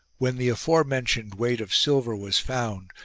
when the aforementioned weight of silver was found,